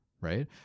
right